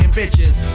bitches